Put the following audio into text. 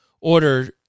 order